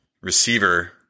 receiver